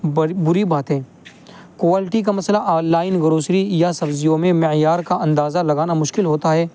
بری بری باتیں کوالٹی کا مسئلہ آن لائن گروسری یا سبزیوں میں معیار کا اندازہ لگانا مشکل ہوتا ہے